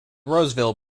roseville